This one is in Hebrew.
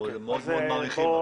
אנחנו מאוד מעריכים.